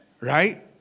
Right